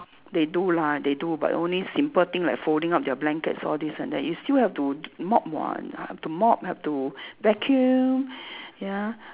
they do lah they do but only simple thing like folding up their blankets all this and that you still have to mop [what] have to mop have to vacuum ya